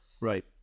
Right